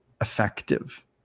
effective